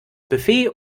buffet